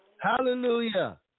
Hallelujah